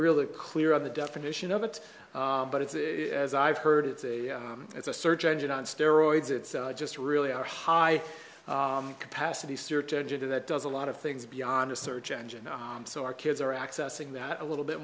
really clear on the definition of it but it's it as i've heard it's a it's a search engine on steroids it's just really our high capacity search engine to that does a lot of things beyond a search engine so our kids are accessing that a little bit